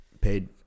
paid